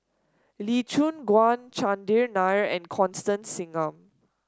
Lee Choon Guan Chandran Nair and Constance Singam